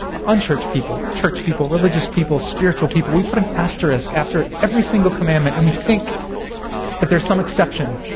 unchurched people, churched people, religious people, spiritual people, we put an asterisk after every single commandment and we think that there's some exception.